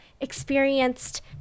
experienced